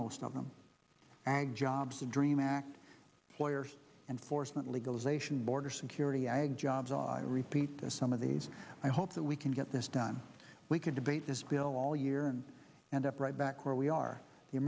most of them ag jobs the dream act lawyers and force that legalization border security i have jobs i repeat there some of these i hope that we can get this done we can debate this bill all year and end up right back where we are the